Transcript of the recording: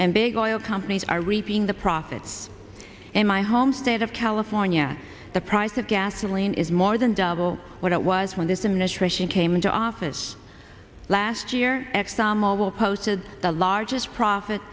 and big oil companies are reaping the profits in my home state of california the price of gasoline is more than double what it was when this emission came into office last year exxon mobil posted the largest profit